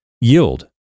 yield